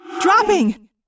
Dropping